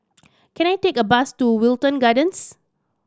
can I take a bus to Wilton Gardens